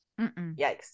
yikes